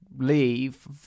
leave